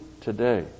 today